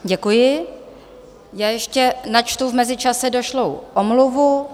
Děkuji, ještě načtu v mezičase došlou omluvu.